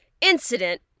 incident